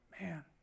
Man